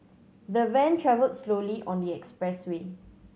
the van travelled slowly on the expressway